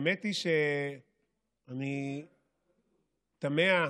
האמת היא שאני תמה.